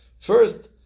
first